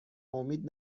امید